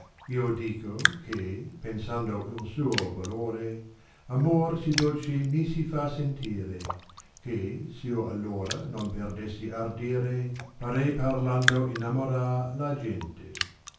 io dico ehe pensando il suo valore amor si dolce mi si fa sentire che s io allora non perdessi ardire farei psrlaado innamorar la gente